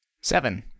Seven